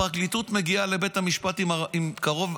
הפרקליטות מגיעה לבית המשפט עם קרוב,